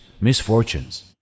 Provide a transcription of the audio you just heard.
misfortunes